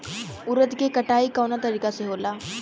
उरद के कटाई कवना तरीका से होला?